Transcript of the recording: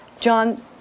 John